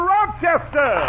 Rochester